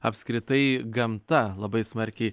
apskritai gamta labai smarkiai